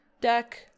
deck